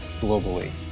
globally